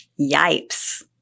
Yipes